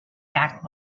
back